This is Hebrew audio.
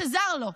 שזר לו.